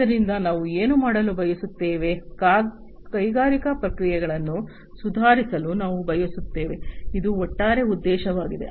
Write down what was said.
ಆದ್ದರಿಂದ ನಾವು ಏನು ಮಾಡಲು ಬಯಸುತ್ತೇವೆ ಕೈಗಾರಿಕಾ ಪ್ರಕ್ರಿಯೆಗಳನ್ನು ಸುಧಾರಿಸಲು ನಾವು ಬಯಸುತ್ತೇವೆ ಇದು ಒಟ್ಟಾರೆ ಉದ್ದೇಶವಾಗಿದೆ